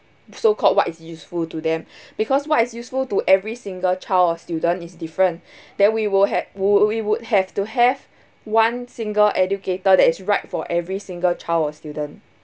so called what is useful to them because what is useful to every single child or student is different then we will have w~ we would have to have one single educator that is right for every single child or student